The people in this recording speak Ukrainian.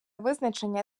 визначення